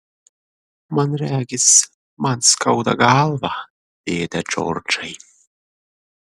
man regis man skauda galvą dėde džordžai